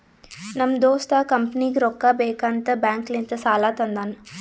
ನಮ್ ದೋಸ್ತ ಕಂಪನಿಗ್ ರೊಕ್ಕಾ ಬೇಕ್ ಅಂತ್ ಬ್ಯಾಂಕ್ ಲಿಂತ ಸಾಲಾ ತಂದಾನ್